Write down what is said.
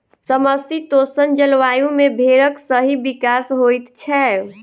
समशीतोष्ण जलवायु मे भेंड़क सही विकास होइत छै